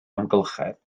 amgylchedd